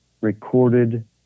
recorded